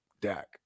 Dak